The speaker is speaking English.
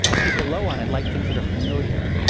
people low on it like things that are familiar,